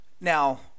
now